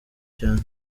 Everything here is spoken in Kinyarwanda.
cyane